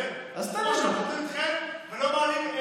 איתן, איתן, למה הצעת חוק שלו לא עולה?